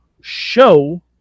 show